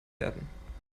werden